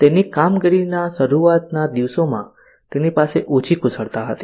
તેની કામગીરીના શરૂઆતના દિવસોમાં તેની પાસે ઓછી કુશળતા હતી